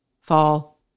fall